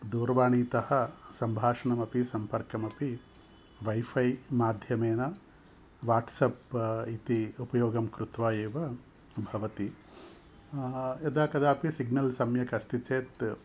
दूरवाणीतः सम्भाषणमपि सम्पर्कमपि वैफैमाध्यमेन वाट्सप्प् इति उपयोगं कृत्वा एव भवति यदा कदापि सिग्नल् सम्यक् अस्ति चेत्